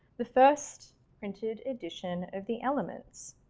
the first printed edition of the elements.